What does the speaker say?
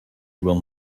will